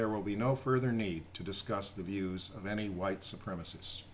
there will be no further need to discuss the views of any white supremacist